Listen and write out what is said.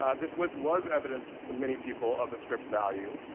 ah this list was evidence, to many people, of a script's value,